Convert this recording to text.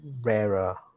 rarer